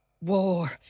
War